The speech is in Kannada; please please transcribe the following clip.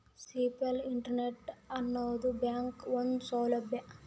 ಸಿಂಪಲ್ ಇಂಟ್ರೆಸ್ಟ್ ಆನದು ಬ್ಯಾಂಕ್ನ ಒಂದು ಸೌಲಬ್ಯಾ